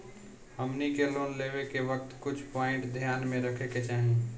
हमनी के लोन लेवे के वक्त कुछ प्वाइंट ध्यान में रखे के चाही